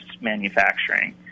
manufacturing